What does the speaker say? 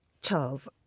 Charles